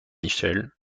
michel